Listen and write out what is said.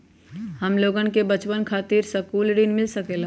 हमलोगन के बचवन खातीर सकलू ऋण मिल सकेला?